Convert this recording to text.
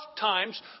times